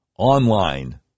online